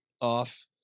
off